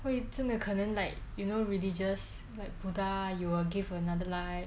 会真的可能 like you know religious like buddha you will give another life